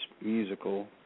musical